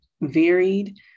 varied